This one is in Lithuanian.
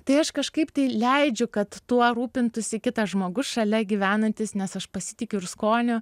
tai aš kažkaip tai leidžiu kad tuo rūpintųsi kitas žmogus šalia gyvenantis nes aš pasitikiu ir skoniu